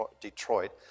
Detroit